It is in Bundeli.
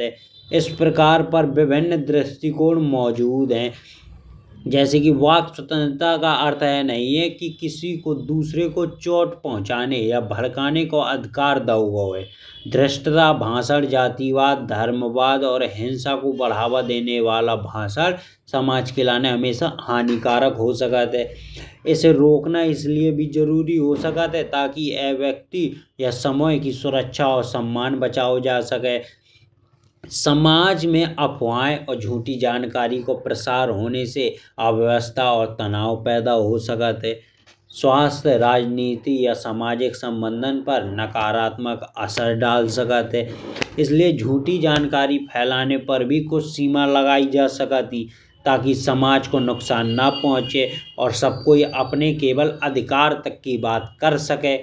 है इस प्रकार विभिन्न दृष्टि कोण मौजूद है। जैसे कि वाक्य स्वतंत्रता का अर्थ यह नहीं है। कि किसी को दूसरे को चोट पहुंचाने या भड़काने को अधिकार दाव गाओ है। दृष्टता भासन जाति बाद धर्म बाद और हिंसा को बढ़ावा देने वाला भासन समाज के लिहने। हमेशा हानिकारक हो सकत है इसे रोकना इसलिए भी जरूरी हो सकत है। ताकि यह व्यक्ति या समूह की सुरक्षा और सम्मान बचाओ जा सके। समाज में अफवाये और झूठी जानकारी होने से अव्यवस्था और तनाव पैदा हो सकत है। स्वस्थ सामाजिक या राजनीतिक पर नकारात्मक असर डाल सकत है। इसलिए झूठी जानकारी फैलाने पर भी कुछ सीमा लगाई जा सकत ही। ताकि समाज को नुकसान न पहुँच। सके और सब कोई अपने केवल अधिकार तक की बात कर सके।